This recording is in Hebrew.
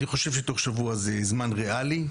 אני חושב שתוך שבוע זה זמן ריאלי.